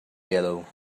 yellow